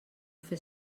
fer